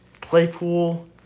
Playpool